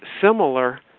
similar